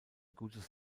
gutes